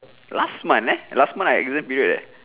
last month leh last month I exam period leh